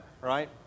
right